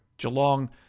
Geelong